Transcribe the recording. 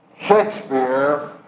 Shakespeare